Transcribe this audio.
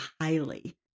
highly